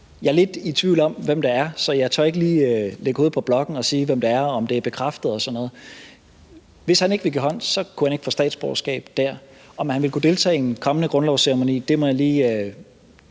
Jeg er lidt i tvivl om, hvem det er, så jeg tør ikke lige lægge hovedet på blokken og sige, hvem det er, og om det er bekræftet og sådan noget. Hvis han ikke ville give hånd, så kunne han ikke få statsborgerskab der. Om han ville kunne deltage i en kommende grundlovsceremoni, må jeg lige